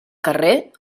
carrer